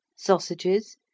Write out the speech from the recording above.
Sausages